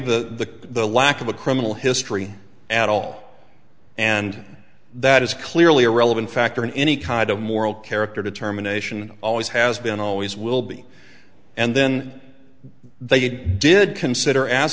the lack of a criminal history at all and that is clearly a relevant factor in any kind of moral character determination always has been always will be and then they did consider as